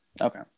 Okay